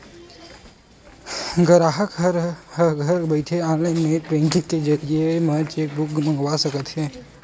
गराहक ह घर बइठे ऑनलाईन नेट बेंकिंग के जरिए म चेकबूक मंगवा सकत हे